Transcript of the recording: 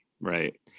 Right